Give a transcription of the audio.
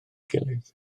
gilydd